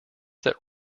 that